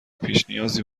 پیشنیازی